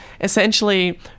Essentially